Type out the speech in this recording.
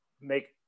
make